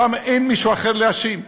הפעם אין מישהו אחר להאשים.